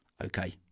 Okay